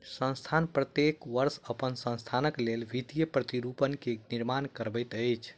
संस्थान प्रत्येक वर्ष अपन संस्थानक लेल वित्तीय प्रतिरूपण के निर्माण करबैत अछि